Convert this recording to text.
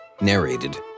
Narrated